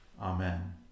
Amen